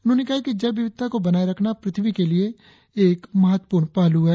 उन्होंने कहा कि जैव विविधता को बनाए रखना पृथ्वी के लिए एक महत्वपूर्ण पहलू है